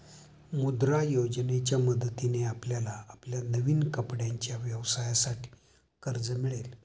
मुद्रा योजनेच्या मदतीने आपल्याला आपल्या नवीन कपड्यांच्या व्यवसायासाठी कर्ज मिळेल